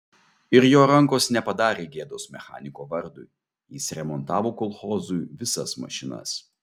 ir jo rankos nepadarė gėdos mechaniko vardui jis remontavo kolchozui visas mašinas